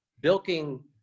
bilking